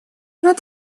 рад